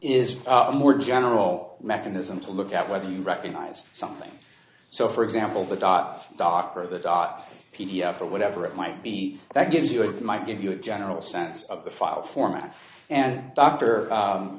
is a more general mechanism to look at whether you recognize something so for example the dot dot for the dot p d f or whatever it might be that gives you it might give you a general sense of the file format and d